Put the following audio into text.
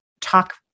talk